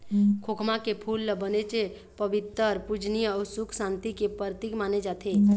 खोखमा के फूल ल बनेच पबित्तर, पूजनीय अउ सुख सांति के परतिक माने जाथे